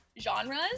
genres